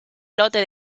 lote